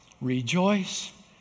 Rejoice